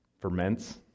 ferments